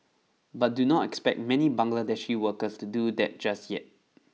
but do not expect many Bangladeshi workers to do that just yet